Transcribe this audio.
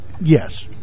yes